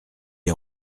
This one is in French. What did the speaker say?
est